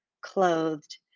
clothed